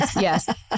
yes